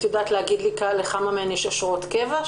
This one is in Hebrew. את יודעת להגיד לי לכמה מהן יש אשרות קבע,